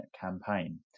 campaign